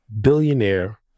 billionaire